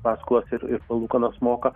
paskolas ir ir palūkanas moka